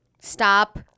Stop